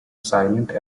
silent